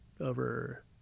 over